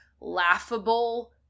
laughable